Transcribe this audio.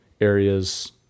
areas